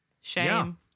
shame